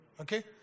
okay